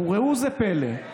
וראו זה פלא,